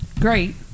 great